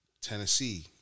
Tennessee